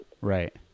right